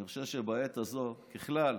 אני חושב שבעת הזאת בכלל,